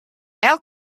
elk